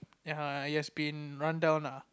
ya it has been run down lah